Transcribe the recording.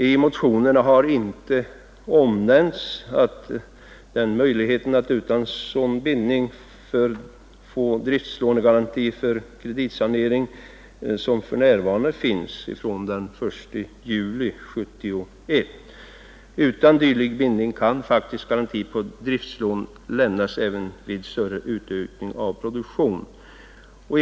I motionerna har inte omnämnts den möjligheten att utan sådan bindning få driftslånegaranti för kreditsanering som finns fr.o.m. den 1 juli 1971. Utan dylik bindning kan garanti på driftslån lämnas även vid större utökning av produktionen.